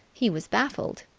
he was baffled.